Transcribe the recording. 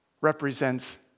represents